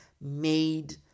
made